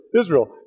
Israel